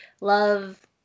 love